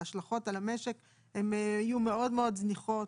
ההשלכות על המשק יהיו מאוד מאוד זניחות.